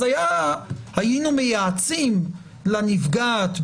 היינו מייעצים לנפגעת,